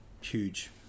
huge